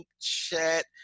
chat